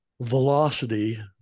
velocity